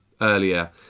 earlier